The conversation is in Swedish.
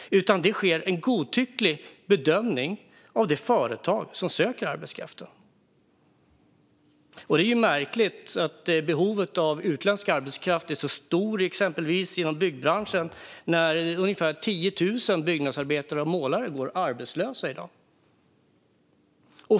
I stället sker en godtycklig bedömning av det företag som söker arbetskraften. Det är märkligt att behovet av utländsk arbetskraft är så stort inom exempelvis byggbranschen när ungefär 10 000 byggnadsarbetare och målare går arbetslösa i dag.